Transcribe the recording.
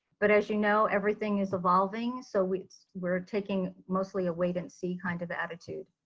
but as you know everything is evolving so we're we're taking mostly await and see kind of attitude.